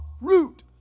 Root